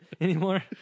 anymore